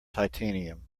titanium